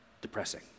Depressing